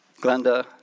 Glenda